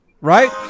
right